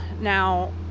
Now